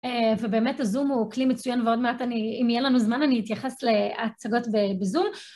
ובאמת הזום הוא כלי מצוין ועוד מעט אני אם יהיה לנו זמן אני אתייחס להצגות בזום